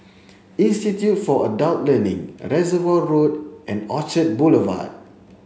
Institute for Adult Learning Reservoir Road and Orchard Boulevard